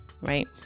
Right